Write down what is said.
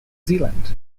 zealand